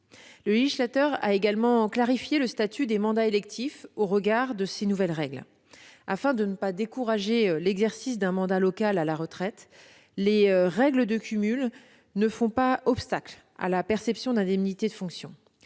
Le législateur a également clarifié le statut des mandats électifs au regard de ces nouvelles règles. Afin de ne pas décourager l'exercice d'un mandat local à la retraite, les règles du cumul ne font pas obstacle à la perception d'indemnités de fonction.